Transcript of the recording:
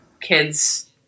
kids